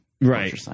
Right